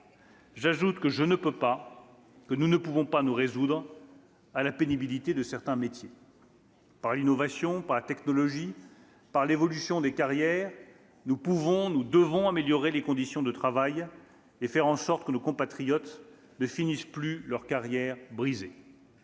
J'ajoute que je ne peux pas, que nous ne pouvons pas nous résoudre à la pénibilité de certains métiers. Par l'innovation, par la technologie, par l'évolution des carrières, nous pouvons, nous devons améliorer les conditions de travail et faire en sorte que nos compatriotes ne finissent plus leurs carrières en